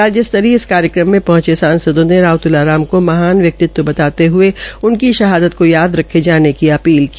राज्य स्तरीय इस कार्यक्रम में पहंचे सांसदों ने राव त्लाराम को महान व्यक्ति बताते हये उनकी शहादत का याद रखे जाने की अपील की